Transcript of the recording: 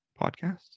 podcast